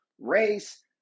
race